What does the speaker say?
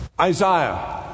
Isaiah